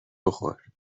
بخور